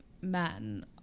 men